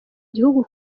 gihugu